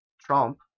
trump